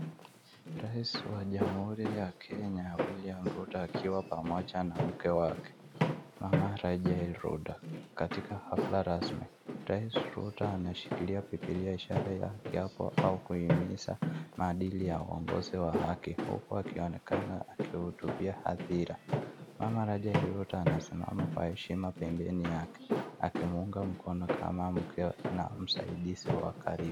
Rais wa jamhuri ya Kenya, William Ruto, akiwa pamoja na mke wake, mama Rachael Ruto, katika hafla rasmi. Rais Ruto anashukilia bibilia ishara ya kiapo au kuhimiza maadili ya uongozi wa haki, huku akionekana akihutubia hadhira. Mama Rachael Ruto anasimama kwa heshima pembeni yake, akimuunga mkono kama mkewe na msaidizi wa karibu.